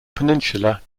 peninsula